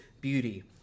beauty